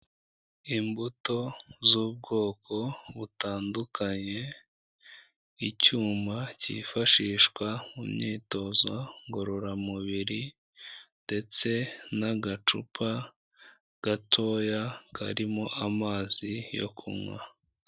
Imbuto z'ubwoko butandukanye, icyuma cyifashishwa mu myitozo ngororamubiri ndetse n'agacupa gatoya karimo amazi yo kunywa.